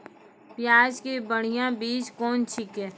प्याज के बढ़िया बीज कौन छिकै?